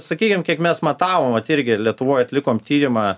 sakykim kiek mes matavom vat irgi lietuvoj atlikom tyrimą